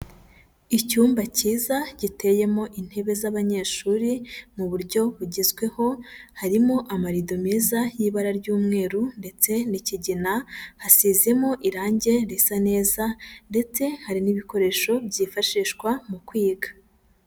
Icyumba cyiza giteyemo intebe z'abanyeshuri mu buryo bugezweho, harimo amarido meza y'ibara ry'umweru ndetse n'kigina, hasizemo irange risa neza ndetse hari n'ibikoresho byifashishwa mu kwiga.